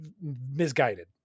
misguided